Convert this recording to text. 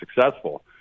successful